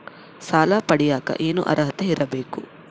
ಸಾಲ ಪಡಿಯಕ ಏನು ಅರ್ಹತೆ ಇರಬೇಕು?